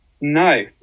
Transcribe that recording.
No